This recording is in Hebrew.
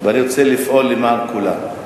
ואני רוצה לפעול למען כולם.